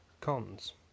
Cons